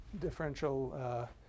differential